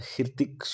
Hirtik